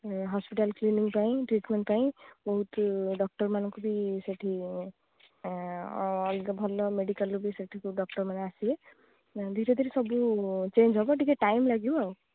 hospital cleaning ପାଇଁ treatment ପାଇଁ ବହୁତ ଡ଼କ୍ଟର୍ମାନଙ୍କୁ ବି ସେଠି ଅଲଗା ଭଲ ମେଡ଼ିକାଲ୍ରୁ ବି ସେଠିକୁ ଡ଼କ୍ଟର୍ମାନେ ଆସିବେ ଧୀରେ ଧୀରେ ସବୁ ଚେଞ୍ଜ୍ ହେବ ଟିକେ ଟାଇମ୍ ଲାଗିବ ଆଉ